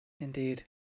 Indeed